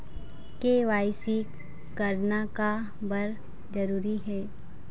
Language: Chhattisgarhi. के.वाई.सी करना का बर जरूरी हे?